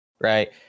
Right